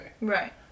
right